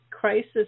crisis